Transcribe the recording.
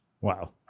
Wow